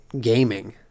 gaming